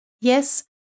Yes